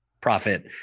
profit